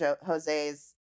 Jose's